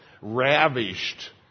ravished